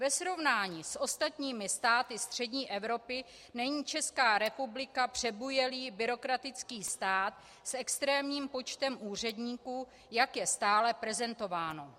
Ve srovnání s ostatními státy střední Evropy není Česká republika přebujelý byrokratický stát s extrémním počtem úředníků, jak je stále prezentováno.